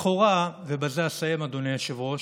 לכאורה, ובזה אסיים, אדוני היושב-ראש,